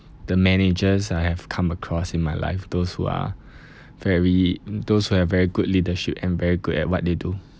the managers I have come across in my life those who are very those who have very good leadership and very good at what they do